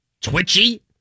twitchy